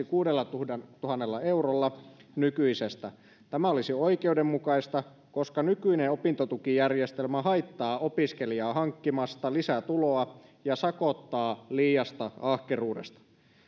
kuudellatuhannella eurolla nykyisestä tämä olisi oikeudenmukaista koska nykyinen opintotukijärjestelmä haittaa opiskelijaa hankkimasta lisätuloa ja sakottaa liiasta ahkeruudesta